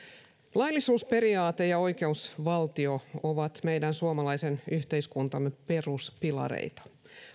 laillisuusperiaate ja oikeusvaltio ovat meidän suomalaisen yhteiskuntamme peruspilareita